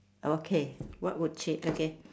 okay what would change okay